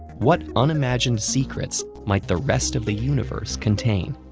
what unimagined secrets might the rest of the universe contain?